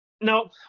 No